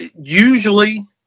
usually